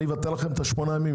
אבטל לכם את ה-8 ימים,